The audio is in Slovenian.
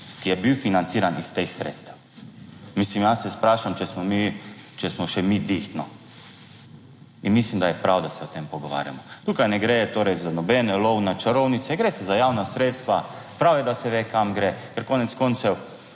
ki je bil financiran iz teh sredstev, Mislim, jaz se vprašam, če smo mi, če smo še mi dihtno in mislim, da je prav, da se o tem pogovarjamo tukaj. Ne gre torej za nobeno lov na čarovnice, gre se za javna sredstva. Prav je, da se ve kam gre, ker konec koncev